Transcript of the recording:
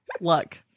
luck